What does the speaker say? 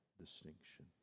distinction